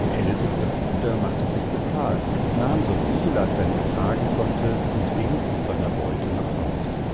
der älteste bruder machte sich bezahlt nahm so viel als er nur tragen konnte und ging mit seiner beute nach haus